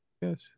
Yes